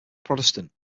protestant